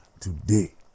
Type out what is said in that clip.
Today